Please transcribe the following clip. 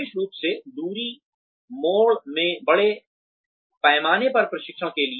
विशेष रूप से दूरी मोड में बड़े पैमाने पर प्रशिक्षण के लिए